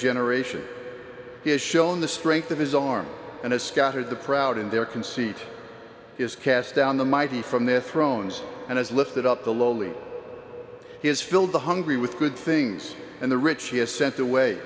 generation has shown the strength of his arm and his scattered the proud in their conceit is cast down the mighty from their thrones and has lifted up the lowly he has filled the hungry with good things and the rich he has sent away